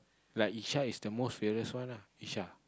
like Yishah is the most fearless one lah Yishah